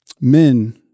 Men